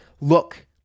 Look